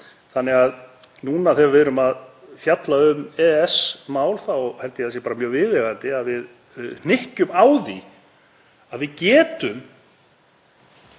Þannig að núna þegar við erum að fjalla um EES-mál held ég að það sé mjög viðeigandi að við hnykkjum á því að við getum